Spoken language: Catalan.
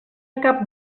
cap